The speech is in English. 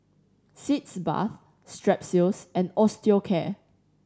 Sitz Bath Strepsils and Osteocare